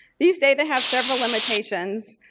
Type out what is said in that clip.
these data have several limitations.